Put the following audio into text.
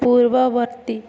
ପୂର୍ବବର୍ତ୍ତୀ